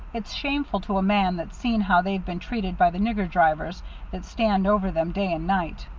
it's shameful to a man that's seen how they've been treated by the nigger drivers that stands over them day and night.